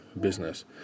business